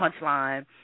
punchline